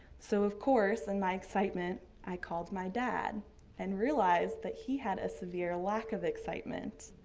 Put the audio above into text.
so of course in my excitement i called my dad and realized that he had a severe lack of excitement